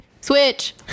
switch